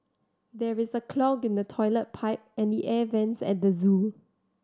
there is a clog in the toilet pipe and the air vents at the zoo